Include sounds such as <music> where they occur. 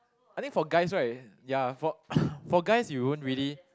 I think for guys right ya for <breath> for guys you won't really